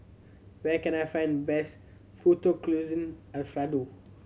where can I find best Fettuccine Alfredo